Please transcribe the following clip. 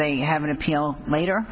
they have an appeal later